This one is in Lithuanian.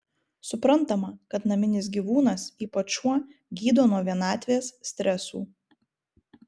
suprantama kad naminis gyvūnas ypač šuo gydo nuo vienatvės stresų